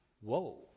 Whoa